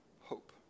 hope